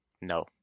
No